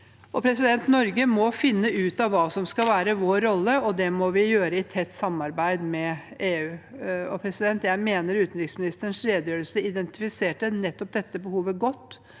Norge må finne ut av hva som skal være vår rolle, og det må vi gjøre i tett samarbeid med EU. Jeg mener utenriksministerens redegjørelse identifiserte nettopp dette behovet godt